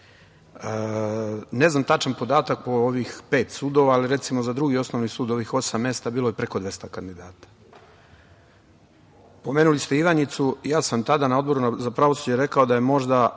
znam tačan podatak o ovih pet sudova, ali recimo da je za Drugi osnovni sud, ovih osam mesta, bilo preko 200 kandidata. Pomenuli ste Ivanjicu, ja sam tada na Odboru za pravosuđe rekao da možda,